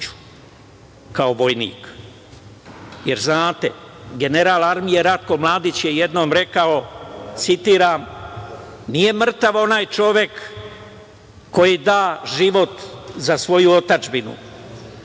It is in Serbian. kao vojnik. General armije Ratko Mladić je jednom rekao, citiram: „Nije mrtav onaj čovek koji da život za svoju otadžbinu,